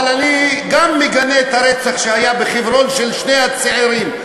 אבל אני גם מגנה את הרצח שהיה בחברון של שני הצעירים.